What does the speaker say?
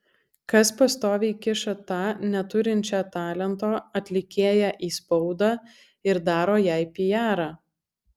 kas pastoviai kiša tą neturinčią talento atlikėją į spaudą ir daro jai pijarą